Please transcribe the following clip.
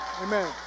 Amen